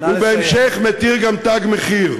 הוא בהמשך מתיר גם "תג מחיר".